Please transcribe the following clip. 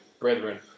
brethren